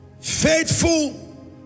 Faithful